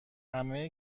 همه